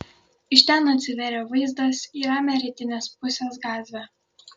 iš ten atsivėrė vaizdas į ramią rytinės pusės gatvę